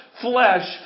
flesh